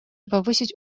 повысить